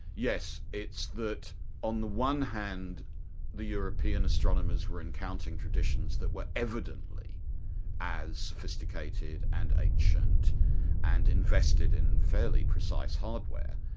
yes, it's that on the one hand the european astronomers were encountering traditions that were evidently as sophisticated and ancient and invested in fairly precise hardware,